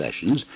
sessions